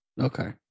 Okay